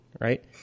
right